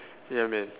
ya man